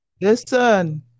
listen